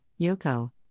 Yoko